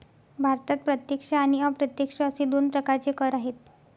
भारतात प्रत्यक्ष आणि अप्रत्यक्ष असे दोन प्रकारचे कर आहेत